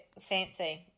fancy